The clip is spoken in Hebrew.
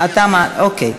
אוקיי.